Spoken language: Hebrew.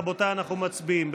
רבותיי, אנחנו מצביעים.